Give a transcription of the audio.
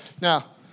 Now